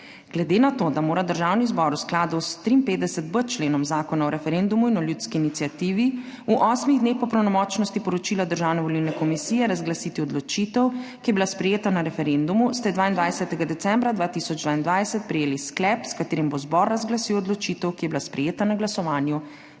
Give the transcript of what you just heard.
Glede na to, da mora Državni zbor v skladu s 543.b členom Zakona o referendumu in o ljudski iniciativi v osmih dneh po pravnomočnosti poročila Državne volilne komisije razglasiti odločitev, ki je bila sprejeta na referendumu, ste 22. decembra 2022 prejeli sklep, s katerim bo zbor razglasil odločitev, ki je bila sprejeta na glasovanju